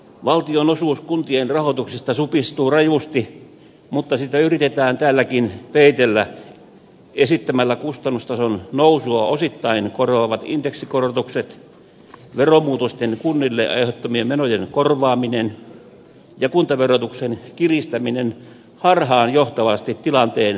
valtion osuus kuntien rahoituksesta supistuu rajusti mutta sitä yritetään täälläkin peitellä esittämällä kustannustason nousua osittain korvaavat indeksikorotukset veromuutosten kunnille aiheuttamien menojen korvaaminen ja kuntaverotuksen kiristäminen harhaanjohtavasti tilanteen paranemiseksi